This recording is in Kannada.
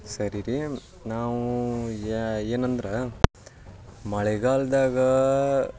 ಸರಿ ರೀ ನಾವು ಏನಂದ್ರೆ ಮಳೆಗಾಲದಾಗ